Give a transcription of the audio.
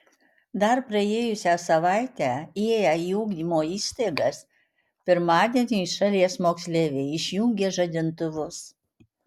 dar praėjusią savaitę ėję į ugdymo įstaigas pirmadienį šalies moksleiviai išjungė žadintuvus